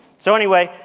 so anyway,